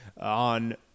on